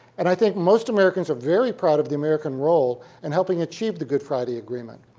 and i think most americans are very proud of the american role in helping achieve the good friday agreement.